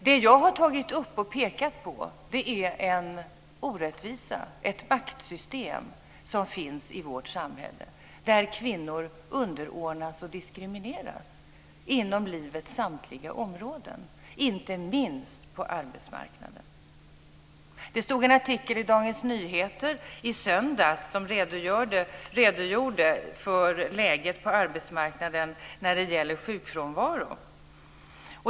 Det jag har tagit upp och pekat på är en orättvisa och ett maktsystem som finns i vårt samhälle, där kvinnor underordnas och diskrimineras inom livets samtliga områden - inte minst på arbetsmarknaden. Det fanns en artikel i Dagens Nyheter i söndags som redogjorde för läget på arbetsmarknaden när det gäller sjukfrånvaro.